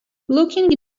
looking